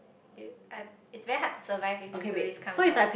you uh it's very hard to survive if you do this kind of job